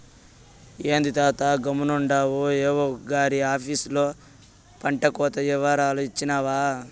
ఏంది తాతా గమ్మునుండావు ఏవో గారి ఆపీసులో పంటకోత ఇవరాలు ఇచ్చినావా